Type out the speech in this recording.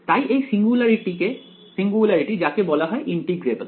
তাই এই সিঙ্গুলারিটি যাকে বলা হয় ইন্টিগ্রেবেল